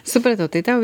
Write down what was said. supratau tai tau